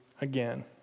again